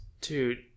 Dude